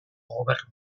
gobernua